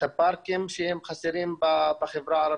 את הפארקים שהם חסרים בחברה הערבית,